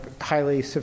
highly